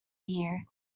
year